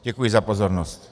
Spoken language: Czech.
Děkuji za pozornost.